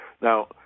Now